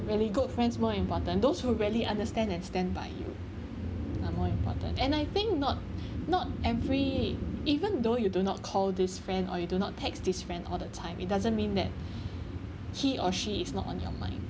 really good friends more important those who really understand and stand by you are more important and I think not not every even though you do not call this friend or you do not text this friend all the time it doesn't mean that he or she is not on your mind